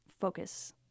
focus